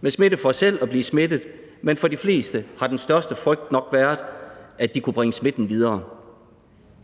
med fare for selv at blive smittet. Men for de fleste har den største frygt nok været, at de kunne bringe smitten videre.